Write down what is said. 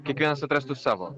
kiekvienas atrastų savo